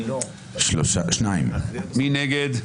מי נגד?